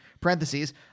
parentheses